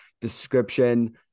description